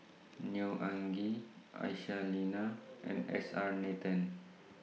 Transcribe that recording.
Neo Anngee Aisyah Lyana and S R Nathan